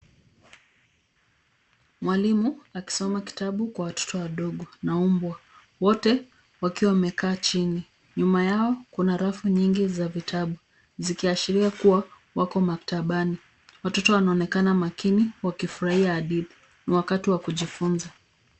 Mwalimu akisoma kitabu kwa watoto wadogo na mbwa, wote wakiwa wamekaa chini. Nyuma yao kuna rafu nyingi za vitabu, zikiashiria kuwa wako maktabani. Watoto wanaonekana makini wakifurahia hadithi. Ni wakati wa kujifunza.